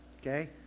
Okay